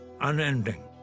unending